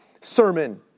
sermon